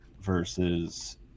versus